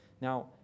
Now